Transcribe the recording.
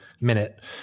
minute